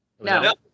No